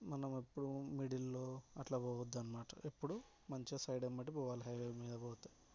మనం ఎప్పుడూ మిడిల్లో అట్లా పోవద్దు అన్నమాట ఎప్పుడు మంచిగా సైడ్ అమ్మటే పోవాలి హైవేలో పోతే